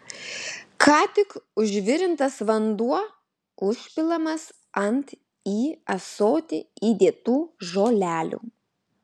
ką tik užvirintas vanduo užpilamas ant į ąsotį įdėtų žolelių